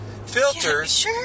Filters